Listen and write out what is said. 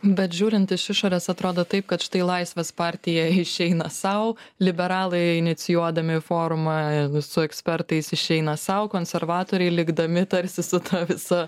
bet žiūrint iš išorės atrodo taip kad štai laisvės partija išeina sau liberalai inicijuodami forumą su ekspertais išeina sau konservatoriai likdami tarsi su ta visa